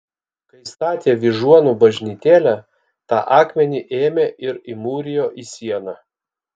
kai statė vyžuonų bažnytėlę tą akmenį ėmė ir įmūrijo į sieną